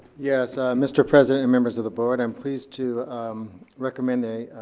yes, mr. president and members of the board, i'm pleased to recommend a